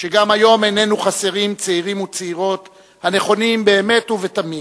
שגם היום איננו חסרים צעירים וצעירות הנכונים באמת ובתמים